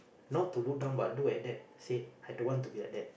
not to look down but look at that say I don't want to be like that